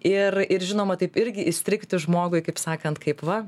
ir ir žinoma taip irgi įstrigti žmogui kaip sakant kaip va